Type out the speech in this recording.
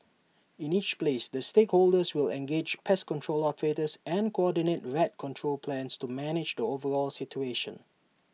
in each place the stakeholders will engage pest control operators and coordinate rat control plans to manage the overall situation